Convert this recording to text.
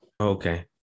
Okay